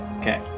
Okay